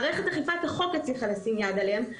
מערכת אכיפת החוק הצליחה לשים יד עליהם,